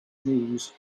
knees